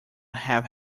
have